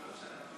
בהחלט.